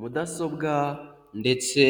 Mudasobwa ndetse